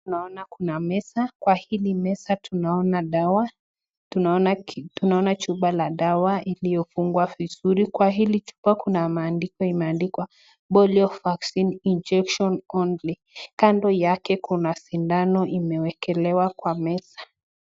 Naona kuna meza. Kwa hili meza tunaona dawa. Tunaona chupa la dawa iliyofungwa vizuri. Kwa hili chupa kuna maandiko imeandikwa [Polio Vaccine injection only] . Kando yake kuna sindano imeekelewa kwa meza.